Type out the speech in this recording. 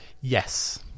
yes